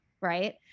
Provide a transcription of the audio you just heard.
Right